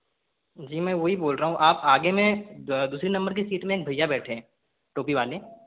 जी मैं वोही बोल रहा हूँ आप आगे में द दूसरी नंबर की सीट में एक भैया बैठे हैं टोपी वाले